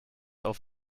auf